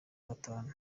gatanu